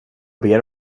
ber